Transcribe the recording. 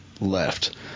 left